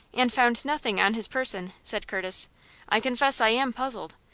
and found nothing on his person, said curtis i confess i am puzzled.